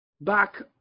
back